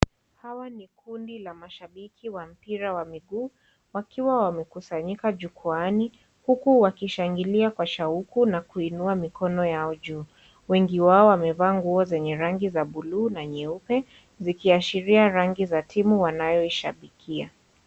Hawa ni kundi wa mashabiki wa mpira wa miguu, wakiwa wamekusanyika jukwaani, huku wakishangilia kwa shauku na kuinua mikono yao juu. Wengi wao wamevaa nguo zenye rangi za blue na nyeupe, zikiashiria rangi za timu wanaoishabikia.